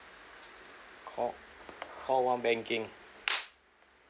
call call one banking